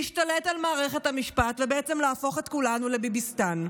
להשתלט על מערכת המשפט ולהפוך את כולנו לביביסטאן.